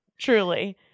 Truly